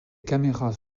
caméras